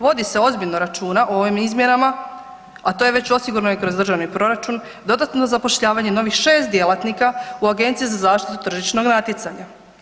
Vodi se ozbiljno računa o ovim izmjenama, a to je već osigurano i kroz državni proračun, dodatno zapošljavanje novih 6 djelatnika u Agenciji za zaštitu tržišnog natjecanja.